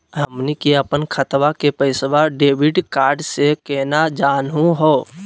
हमनी के अपन खतवा के पैसवा डेबिट कार्ड से केना जानहु हो?